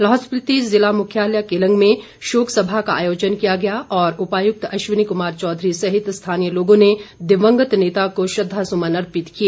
लाहौल स्पिति जिला मुख्यालय केलंग में शोकसभा का आयोजन किया गया और उपायुक्त अश्वनी कुमार चौधरी सहित स्थानीय लोगों ने दिवंगत नेता को श्रद्वासुमन अर्पित किए